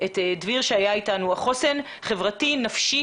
דביר שהיה אתנו דיבר על החוסן החברתי ונפשי